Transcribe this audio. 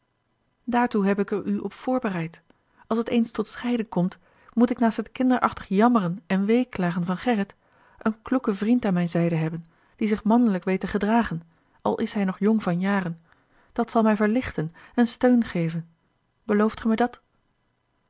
daartoe heb ik er u op voorbereid als het eens tot scheiden komt moet ik naast het kinderachtig jammeren en weeklagen van gerrit een kloeken vriend aan mijne zijde hebben die zich mannelijk weet te dragen al is hij nog jong van jaren dat zal mij verlichten en steun geven belooft gij mij dat